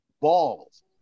Balls